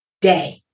day